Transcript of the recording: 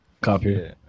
Copy